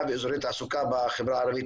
תעשייה ואזורי תעסוקה בחברה הערבית,